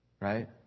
right